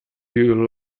you